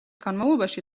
განმავლობაში